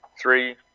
three